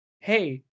Hey